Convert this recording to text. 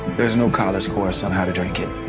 there is no college course on how to drink it.